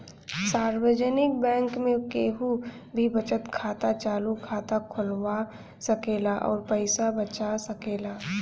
सार्वजनिक बैंक में केहू भी बचत खाता, चालु खाता खोलवा सकेला अउर पैसा बचा सकेला